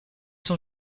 son